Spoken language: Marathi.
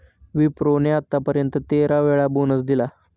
विप्रो ने आत्तापर्यंत तेरा वेळा बोनस दिला आहे